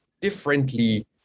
differently